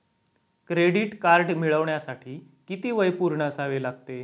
Credit card मिळवण्यासाठी किती वय पूर्ण असावे लागते?